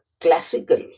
classical